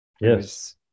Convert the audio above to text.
yes